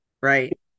Right